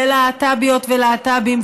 ללהט"ביות ולהט"בים,